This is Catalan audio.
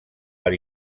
per